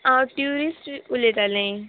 हांव ट्युरिस्ट उलयताले